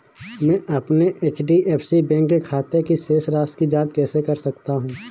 मैं अपने HDFC bank के खाते की शेष राशि की जाँच कैसे कर सकता हूँ?